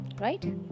Right